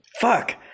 Fuck